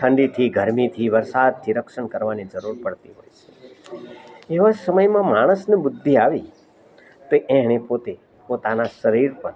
ઠંડીથી ગરમીથી વરસાદથી રક્ષણ કરવાની જરૂર પડતી હોય છે એવા સમયમાં માણસને બુદ્ધિ આવી તો એણે પોતે પોતાના શરીર પર